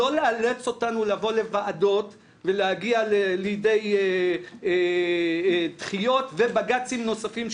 לא לאלץ אותנו לבוא לוועדות ולהגיע לידי דחיות ובג"צים נוספים,